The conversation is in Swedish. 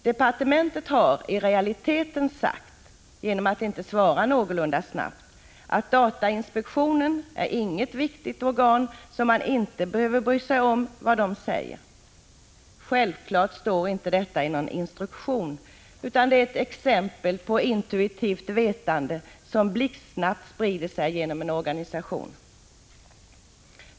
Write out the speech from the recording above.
Departementet har i realiteten sagt — genom att inte svara någorlunda snabbt — att datainspektionen inte är något viktigt organ och att man inte behöver bry sig om vad den säger. Självklart står detta inte i någon instruktion, utan det är ett exempel på intuitivt vetande som blixtsnabbt sprider sig genom en organisation.